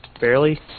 Barely